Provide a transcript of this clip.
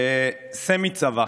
לסמי-צבא